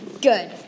good